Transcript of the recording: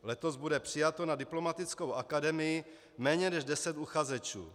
Letos bude přijato na diplomatickou akademii méně než deset uchazečů.